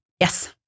yes